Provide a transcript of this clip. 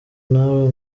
nawe